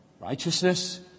righteousness